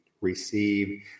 receive